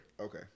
Okay